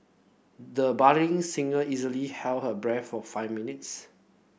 the budding singer easily held her breath for five minutes